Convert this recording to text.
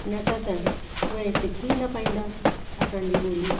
न त त उहे सिखी न पाईंदा असांजी ॿोली